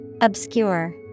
Obscure